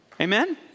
Amen